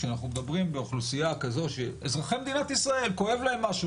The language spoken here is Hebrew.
כשאנחנו מדברים באוכלוסיה כזאת שאזרחי מדינת ישראל כואב להם משהו,